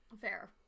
Fair